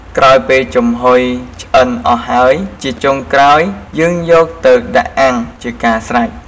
ក្រោយពេលចំហុយឆ្អិនអស់ហើយ ជាចុងក្រោយយើងយកទៅដាក់អាំង ជាការស្រេច។